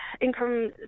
Income